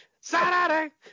Saturday